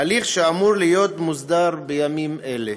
הליך שאמור להיות מוסדר בימים אלה.